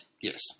Yes